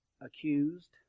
accused